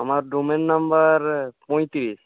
আমার রুমের নাম্বার পঁইতিরিশ